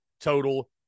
total